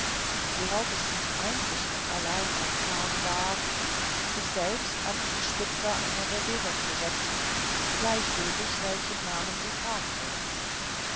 worauf es ihm einzig und allein ankam war sich selbst an die spitze einer bewegung zu setzen gleichgültig welchen namen sie tragen würde